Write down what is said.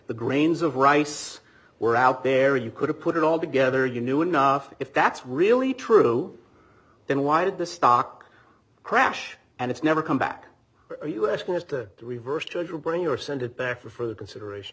the grains of rice were out there you could have put it all together you knew enough if that's really true then why did the stock crash and it's never come back are you asking us to reverse judge or bring or send it back for further consideration